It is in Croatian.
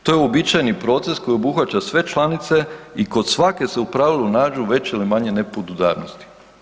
To je uobičajeni proces koji obuhvaća sve članice, i kod svake se u pravilu nađu veće ili manje nepodudarnosti.